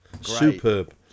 Superb